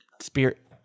spirit